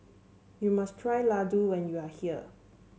you must try Laddu when you are here